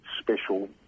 special